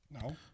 No